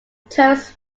terms